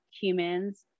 humans